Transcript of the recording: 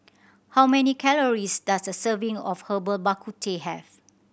how many calories does a serving of Herbal Bak Ku Teh have